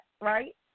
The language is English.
right